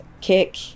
kick